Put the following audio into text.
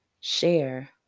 share